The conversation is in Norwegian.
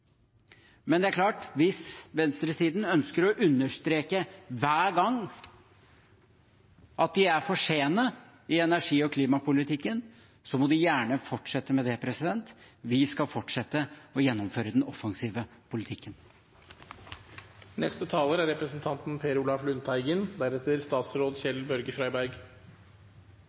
Men det er klart: Hvis venstresiden hver gang ønsker å understreke at de er for sene i energi- og klimapolitikken, må de gjerne fortsette med det. Vi skal fortsette å gjennomføre den offensive politikken. Representanten Stefan Heggelunds varemerke er